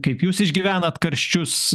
kaip jūs išgyvenat karščius